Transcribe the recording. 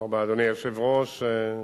אדוני היושב-ראש,